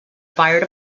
fired